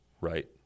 right